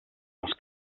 els